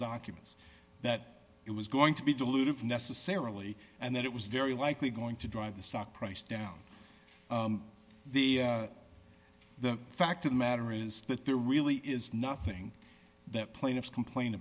documents that it was going to be dilutive necessarily and that it was very likely going to drive the stock price down the the fact of the matter is that there really is nothing that plaintiffs complain